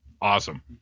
Awesome